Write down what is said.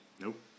Nope